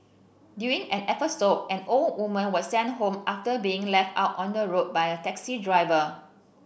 during an episode an old woman was sent home after being left out on the road by a taxi driver